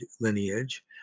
lineage